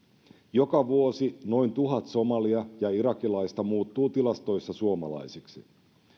joka vuosi noin tuhat somalia ja irakilaista muuttuu tilastoissa suomalaisiksi